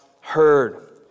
heard